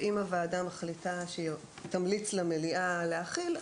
אם הוועדה מחליטה שהיא תמליץ למליאה להחיל,